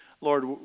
Lord